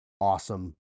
awesome